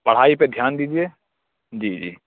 پڑھائی پہ دھیان دیجیے جی جی